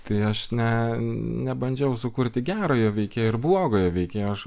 tai aš ne nebandžiau sukurti gerojo veikėjo ir blogojo veikėjo aš